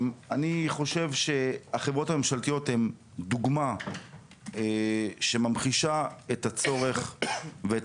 אני חושב שהחברות הממשלתיות הן דוגמה שממחישה את הצורך ואת